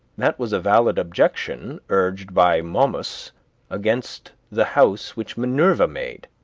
that was a valid objection urged by momus against the house which minerva made,